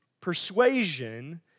Persuasion